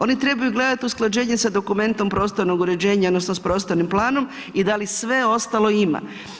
One trebaju gledati usklađenje sa dokumentom prostornog uređenja, odnosno s prostornim planom i da li sve ostalo ima.